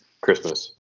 Christmas